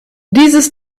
dieses